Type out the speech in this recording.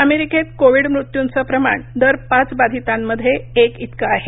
अमेरिकेत कोविड मृत्यूंचं प्रमाण दर पाच बाधितांमागे एक इतकं आहे